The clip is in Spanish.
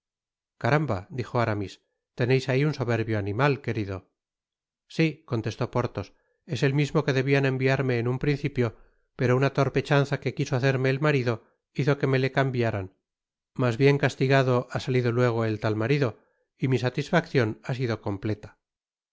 caramba di o aramis teneis ahi un soberbio animal querido si contestó porthos es el mismo que debian enviarme en un principio pero una torpe chanza que quiso hacerme el marido hizo que me le cambiaran mas bien castigado ha salido luego el tal marido y mi satisfaccion ha sido completa